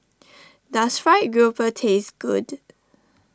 does Fried Grouper taste good